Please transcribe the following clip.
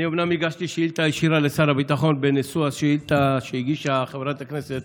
אני הגשתי שאילתה ישירה לשר הביטחון בנושא השאילתה שהגישה חברת הכנסת